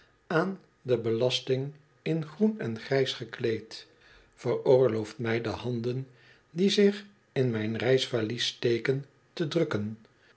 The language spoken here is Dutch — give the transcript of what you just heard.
aan de belasting in groen en grijs gekleed veroorlooft mij de handen die zich in mijn reis valies steken te drukken